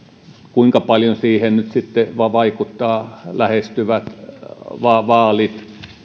kuinka paljon siihen nyt sitten vaikuttavat lähestyvät vaalit